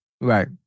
Right